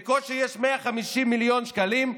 בקושי יש 150 מיליון שקלים,